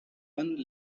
one